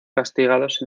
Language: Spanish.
castigados